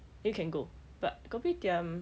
then you can go but kopitiam